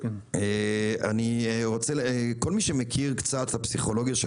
כל מי שמכיר קצת את הפסיכולוגיה של